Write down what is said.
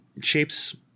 shapes